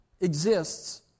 exists